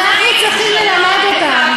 צריך לשנות, אנחנו צריכים ללמד אותם.